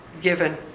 given